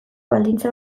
baldintza